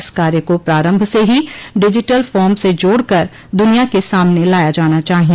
इस कार्य को प्रारम्भ से ही डिजिटल फॉर्म से जोड़कर द्निया के सामने लाया जाना चाहिए